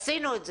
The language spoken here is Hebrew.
עשינו את זה,